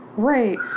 Right